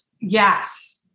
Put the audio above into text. Yes